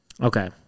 Okay